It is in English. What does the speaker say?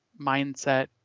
mindset